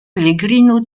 pellegrino